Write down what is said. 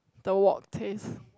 the wok taste